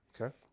Okay